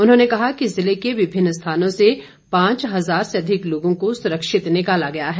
उन्होंने कहा कि जिले के विभिन्न स्थानों से पांच हजार से अधिक लोगों को सुरक्षित निकाला गया है